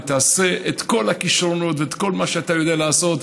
ותעשה את כל הכישרונות ואת כל מה שאתה יודע לעשות,